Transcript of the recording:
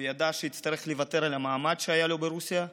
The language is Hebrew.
הוא ידע שיצטרך לוותר על המעמד שהיה לו ברוסיה.